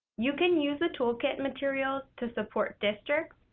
you can use the toolkit materials to support districts,